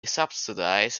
subsidised